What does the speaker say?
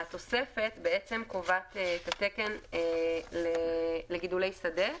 התוספת קובעת את התקן לגידולי שדה,